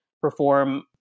perform